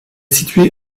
situé